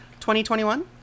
2021